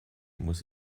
muss